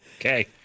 Okay